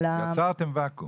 יצרתם ואקום.